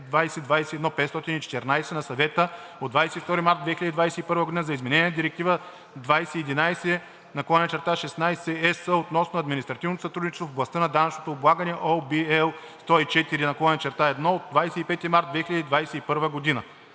2021/514 на Съвета от 22 март 2021 г. за изменение на Директива 2011/16/ЕС относно административното сътрудничество в областта на данъчното облагане (OB, L 104/1 от 25 март 2021 г.)“.“